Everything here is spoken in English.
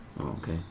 okay